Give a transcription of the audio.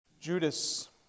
Judas